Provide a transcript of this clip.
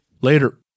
Later